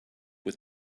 what